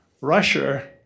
Russia